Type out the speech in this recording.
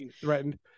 threatened